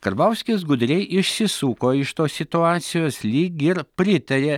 karbauskis gudriai išsisuko iš tos situacijos lyg ir pritarė